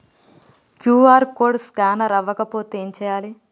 QR code scanner అవ్వకపోతే ఏం చేయాలి?